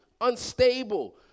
unstable